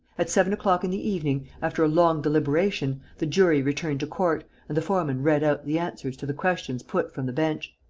at seven o'clock in the evening, after a long deliberation, the jury returned to court and the foreman read out the answers to the questions put from the bench.